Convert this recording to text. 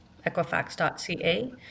Equifax.ca